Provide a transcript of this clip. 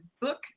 book